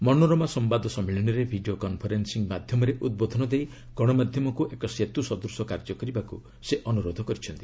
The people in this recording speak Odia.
ମନୋରମା ସମ୍ଭାଦ ସମ୍ମିଳନୀରେ ଭିଡ଼ିଓ କନ୍ଫରେନ୍ସିଂ ମାଧ୍ୟମରେ ଉଦ୍ବୋଧନ ଦେଇ ଗଣମାଧ୍ୟମକୁ ଏକ ସେତ୍ ସଦୂଶ କାର୍ଯ୍ୟ କରିବାକୁ ସେ ଅନୁରୋଧ କରିଛନ୍ତି